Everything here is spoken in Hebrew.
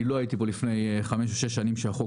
אני לא הייתי פה לפני חמש או שש שנים כשהחוק